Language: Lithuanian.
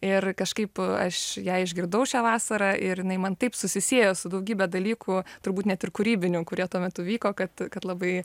ir kažkaip aš ją išgirdau šią vasarą ir jinai man taip susisiejo su daugybe dalykų turbūt net ir kūrybinių kurie tuo metu vyko kad kad labai